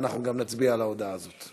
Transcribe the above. ואנחנו גם נצביע על ההודעה הזאת.